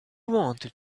wanted